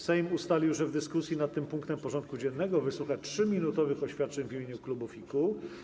Sejm ustalił, że w dyskusji nad tym punktem porządku dziennego wysłucha 3-minutowych oświadczeń w imieniu klubów i kół.